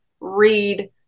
read